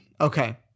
Okay